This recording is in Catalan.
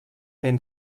ben